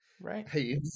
right